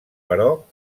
però